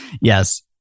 Yes